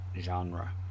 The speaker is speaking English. genre